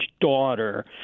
daughter